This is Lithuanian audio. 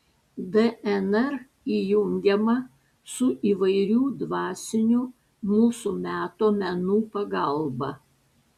dnr įjungiama su įvairių dvasinių mūsų meto menų pagalba